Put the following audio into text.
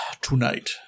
...tonight